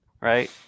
right